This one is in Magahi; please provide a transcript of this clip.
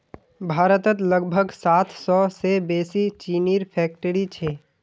भारतत लगभग सात सौ से बेसि चीनीर फैक्ट्रि छे